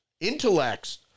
intellects